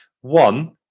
One